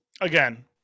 again